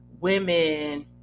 women